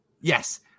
Yes